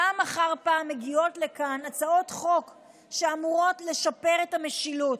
פעם אחר פעם מגיעות לכאן הצעות חוק שאמורות לשפר את המשילות.